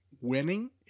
winning